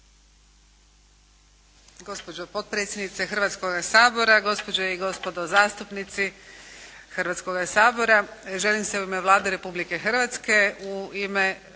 Gospođo potpredsjednice Hrvatskoga sabora, gospođe i gospodo zastupnici Hrvatskoga sabora. Želim se u ime Vlade Republike Hrvatske u ime